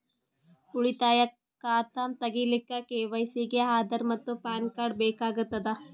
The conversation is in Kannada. ಉಳಿತಾಯ ಖಾತಾ ತಗಿಲಿಕ್ಕ ಕೆ.ವೈ.ಸಿ ಗೆ ಆಧಾರ್ ಮತ್ತು ಪ್ಯಾನ್ ಕಾರ್ಡ್ ಬೇಕಾಗತದ